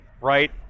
right